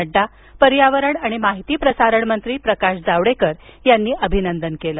नड्डा पर्यावरण आणि माहिती प्रसारण मंत्री प्रकाश जावडेकर यांनी अभिनंदन केलं